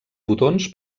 botons